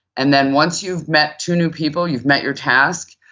and then once you've met two new people, you've met your task,